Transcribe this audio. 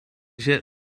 się